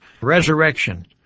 resurrection